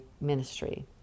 ministry